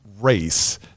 race